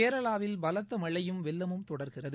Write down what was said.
கேரளாவில் பலத்த மழையும் வெள்ளமும் தொடர்கிறது